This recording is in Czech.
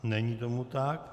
Není tomu tak.